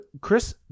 Chris